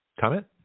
Comment